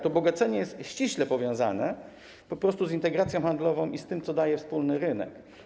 To bogacenie jest ściśle powiązane po prostu z integracją handlową i z tym, co daje wspólny rynek.